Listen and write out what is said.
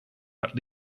but